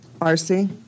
rc